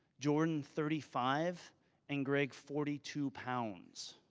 jordan, thirty five and greg, forty two pounds!